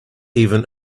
even